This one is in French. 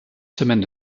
semaines